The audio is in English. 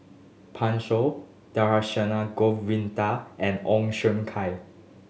Pan Shou Dhershini Govin Winodan and Ong Siong Kai